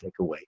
takeaway